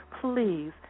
please